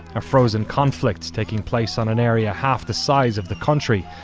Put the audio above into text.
a frozen conflict taking place on an area half the size of the country.